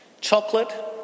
chocolate